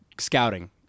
Scouting